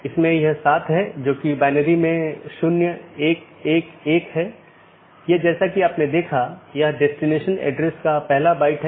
इसलिए चूंकि यह एक पूर्ण मेश है इसलिए पूर्ण मेश IBGP सत्रों को स्थापित किया गया है यह अपडेट को दूसरे के लिए प्रचारित नहीं करता है क्योंकि यह जानता है कि इस पूर्ण कनेक्टिविटी के इस विशेष तरीके से अपडेट का ध्यान रखा गया है